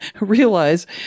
realize